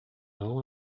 não